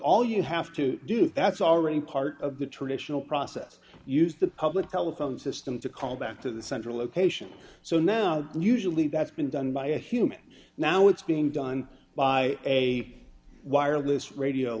all you have to do that's already part of the traditional process used the public telephone system to call back to the central location so now usually that's been done by a human now it's being done by a wireless radio